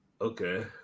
okay